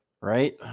right